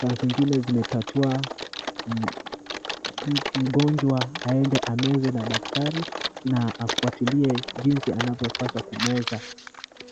saa zingine zimepatiwa mgonjwa aende ameze na daktari na afuatilie jinsi anavyopaswa kumeza.